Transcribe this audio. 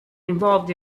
involved